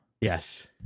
yes